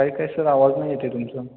काय काय सर आवाज नाही येत आहे तुमचा